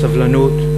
הסבלנות,